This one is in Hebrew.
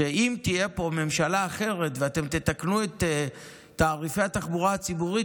שאם תהיה פה ממשלה אחרת ואתם תתקנו את תעריפי התחבורה הציבורית,